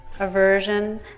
aversion